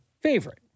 favorite